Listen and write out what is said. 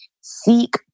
seek